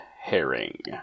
herring